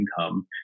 income